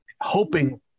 hoping